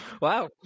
Wow